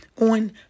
On